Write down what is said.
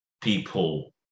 people